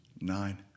nine